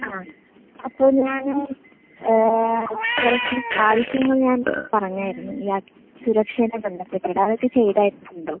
ആ അപ്പോൾ ഞാന് കുറച്ച് കുറച്ച് ആവശ്യങ്ങൾ ഞാൻ പറഞ്ഞായിരുന്നു ഇയാ സുരക്ഷേൻ്റെ ബന്ധപ്പെട്ട് അത് ഒക്കെ ചെയ്തിട്ട് ഉണ്ടോ